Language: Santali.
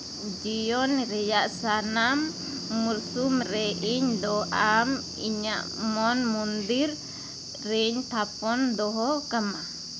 ᱡᱤᱭᱚᱱ ᱨᱮᱭᱟᱜ ᱥᱟᱱᱟᱢ ᱢᱩᱨᱥᱩᱢ ᱨᱮ ᱤᱧ ᱫᱚ ᱟᱢ ᱤᱧᱟᱹᱜ ᱢᱚᱱ ᱢᱚᱱᱫᱤᱨ ᱨᱤᱧ ᱛᱷᱟᱯᱚᱱ ᱫᱚᱦᱚ ᱠᱟᱢᱟ